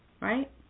right